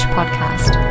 Podcast